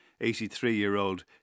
83-year-old